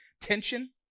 tension